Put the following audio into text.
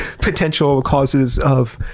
potential causes of